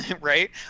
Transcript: Right